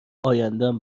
ایندم